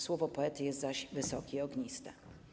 Słowo poety jest zaś wysokie i ogniste.